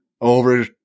over